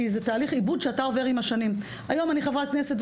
זה תהליך עיבוד שאתה עובר עם השנים היום אני חברת כנסת,